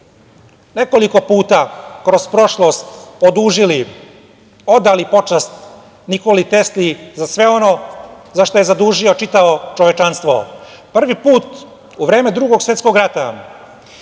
nekoliko puta kroz prošlost odužili, odali počast Nikoli Tesli za sve ono za šta je zadužio čitavo čovečanstvo. Prvi put u vreme Drugog svetskog rata,